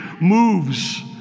moves